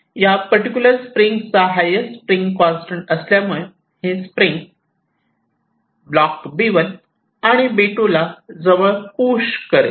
या particular spring चा highest spring constant असल्यामुळे हि स्प्रिंग ब्लॉक B1 आणि B2 ला जवळ पुल करेल